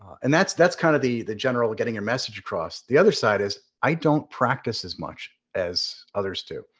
and that's that's kind of the the general getting your message across. the other side is, i don't practice as much as others do.